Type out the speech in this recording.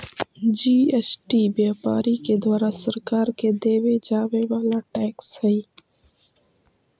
GST व्यापारि के द्वारा सरकार के देवे जावे वाला टैक्स हई